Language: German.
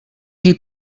die